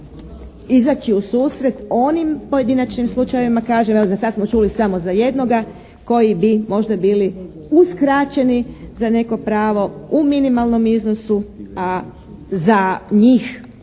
izaći u susret onim pojedinačnim slučajevima. Kažem, evo za sad smo čuli samo za jednoga koji bi možda bili uskraćeni za neko pravo u minimalnom iznosu, a za njih